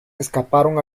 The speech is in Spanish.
escaparon